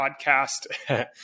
podcast